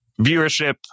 viewership